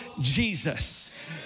Jesus